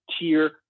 tier